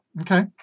Okay